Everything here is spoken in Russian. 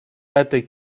этой